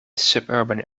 suburban